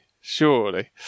Surely